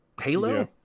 Halo